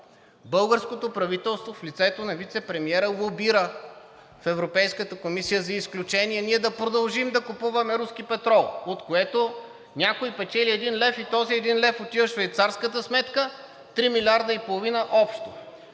Българското правителство в лицето на вицепремиера лобира в Европейската комисия за изключение ние да продължим да купуваме руски петрол, от което някой печели един лев и този един лев отива в швейцарката сметка, 3,5 млрд. лв. общо.